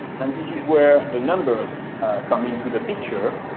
and this is where the numbers come into the picture,